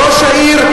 ראש העיר,